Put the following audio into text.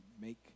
make